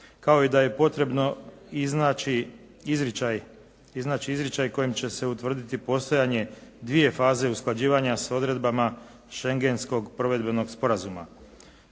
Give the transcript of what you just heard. kao i daj e potrebno iznaći izričaj kojim će se utvrditi postojanje dvije faze usklađivanja s odredbama Schengenskog provedbenog sporazuma.